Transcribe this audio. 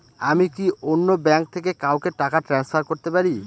আমি কি অন্য ব্যাঙ্ক থেকে কাউকে টাকা ট্রান্সফার করতে পারি?